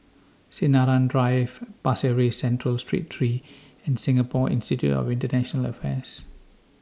Sinaran Drive Pasir Ris Central Street three and Singapore Institute of International Affairs